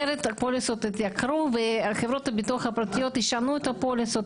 אחרת הפוליסות יתייקרו וחברות הביטוח הפרטיות ישנו את הפוליסות,